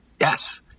Yes